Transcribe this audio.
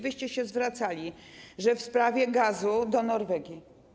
Wyście się zwracali w sprawie gazu do Norwegii.